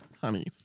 honey